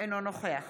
אינו נוכח